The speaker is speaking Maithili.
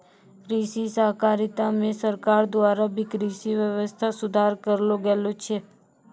कृषि सहकारिता मे सरकार द्वारा भी कृषि वेवस्था सुधार करलो गेलो छै